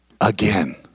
again